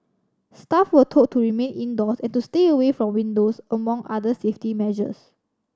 staff were told to remain indoors and to stay away from windows among other safety measures